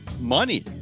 money